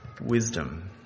wisdom